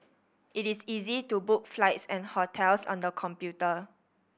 it is easy to book flights and hotels on the computer